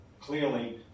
clearly